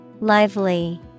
Lively